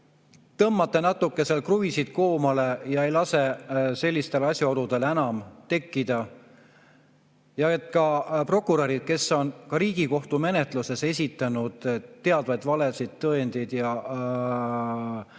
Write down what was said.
tõmbate natukese seal kruvisid koomale ega lase sellistel asjaoludel enam tekkida, et prokurörid, kes on ka Riigikohtu menetluses esitanud teadvalt valesid tõendeid ja